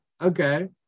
Okay